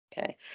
Okay